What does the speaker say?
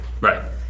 Right